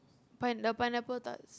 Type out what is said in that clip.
pine the pineapple tarts